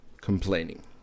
complaining